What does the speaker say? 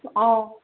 অঁ